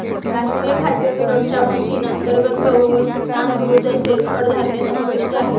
राष्ट्रीय खाद्य सुरक्षा मिशन अंतर्गत गहू, तांदूळ तसेच कडधान्य समाविष्ट आहे